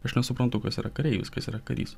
aš nesuprantu kas yra kareivis kas yra karys